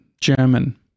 German